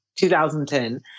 2010